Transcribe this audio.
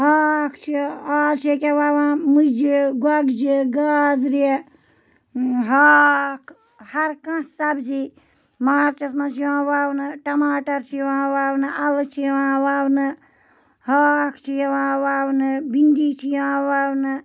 ہاکھ چھِ آز چھِ ییٚکیٛاہ وَوان مٔجہِ گۄگجہِ گازرِ ہاکھ ہرکانٛہہ سبزی مارچَس منٛز چھِ یِوان وَونہٕ ٹماٹر چھِ یِوان وَونہٕ اَلہٕ چھِ یِوان وَونہٕ ہاکھ چھِ یِوان وَونہٕ بِندی چھِ یِوان وَونہٕ